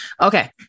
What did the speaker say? Okay